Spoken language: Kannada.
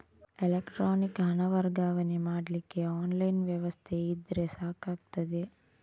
ಎಲೆಕ್ಟ್ರಾನಿಕ್ ಹಣ ವರ್ಗಾವಣೆ ಮಾಡ್ಲಿಕ್ಕೆ ಆನ್ಲೈನ್ ವ್ಯವಸ್ಥೆ ಇದ್ರೆ ಸಾಕಾಗ್ತದೆ